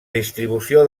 distribució